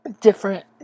different